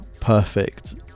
perfect